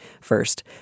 first